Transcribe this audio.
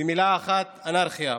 במילה אחת, אנרכיה.